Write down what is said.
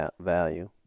value